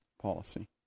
policy